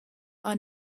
are